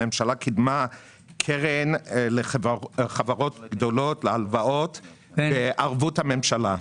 הממשלה קידמה קרן לחברות גדולות להלוואות בערבות הממשלה.